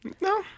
No